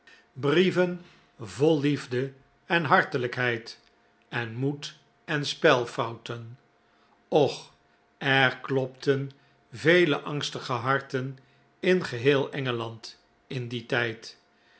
vol liefde en hartelijkheid en moed en spelfouten och er klopten vele angstige harten in geheel engeland in dien tijd